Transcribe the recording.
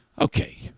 Okay